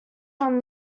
from